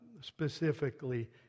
specifically